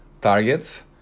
targets